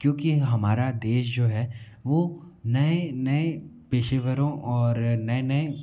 क्योंकि हमारा देश जो है वो नए नए पेशेवरों और नए नए